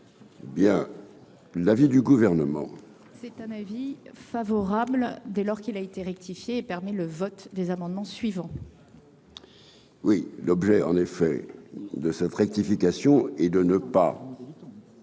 Bien. L'avis du gouvernement. C'est un avis favorable, dès lors qu'il a été et permet le vote des amendements suivants. Ah. Oui, l'objet en effet de cette rectification et de ne pas.